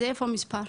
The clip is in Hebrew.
אז איפה מספר?",